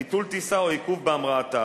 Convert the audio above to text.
ביטול טיסה או עיכוב בהמראתה.